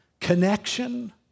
Connection